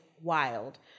wild